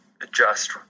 adjust